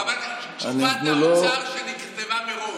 את תשובת האוצר שנכתבה מראש.